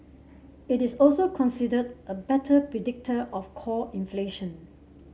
it is also considered a better predictor of core inflation